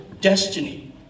destiny